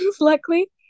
luckily